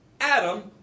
Adam